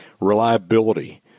reliability